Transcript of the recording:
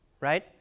right